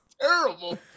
terrible